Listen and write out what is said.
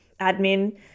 admin